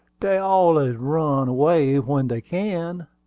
dey allus run away when dey can,